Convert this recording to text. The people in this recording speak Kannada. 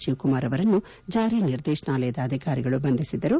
ಶಿವಕುಮಾರ್ ಅವರನ್ನು ಜಾರಿ ನಿರ್ದೇಶನಾಲಯ ಅಧಿಕಾರಿಗಳು ಬಂಧಿಸಿದ್ದರು